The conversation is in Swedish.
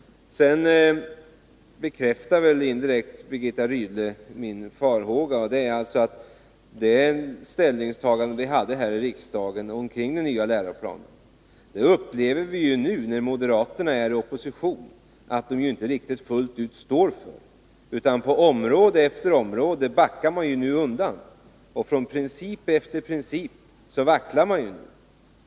Sedan bekräftade Birgitta Rydle indirekt min farhåga att moderaterna, när de är i opposition, inte riktigt står för riksdagens ställningstaganden i fråga om den nya läroplanen. På område efter område backar nu moderaterna. I fråga om princip efter princip vacklar man.